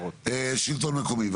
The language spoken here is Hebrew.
שלטון מקומי בבקשה.